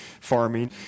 farming